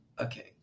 okay